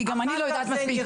כי גם אני לא יודעת מספיק,